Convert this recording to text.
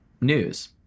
news